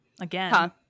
Again